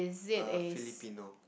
err Filipino